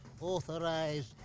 authorized